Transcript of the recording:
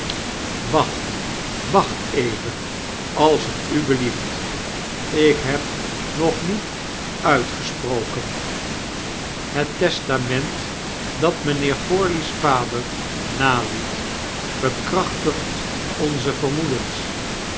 huis wachtlwacht even als t u belieft i jk heb nog niet uitgesproken het testament dat mijnheer forley's vader naliet bekrachtigt onze vermoedens